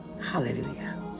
Hallelujah